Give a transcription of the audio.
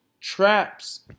traps